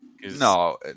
No